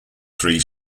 three